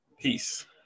peace